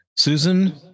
Susan